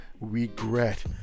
Regret